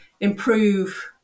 improve